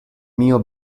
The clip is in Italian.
mio